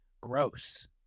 gross